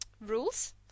rules